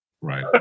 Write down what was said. Right